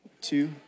two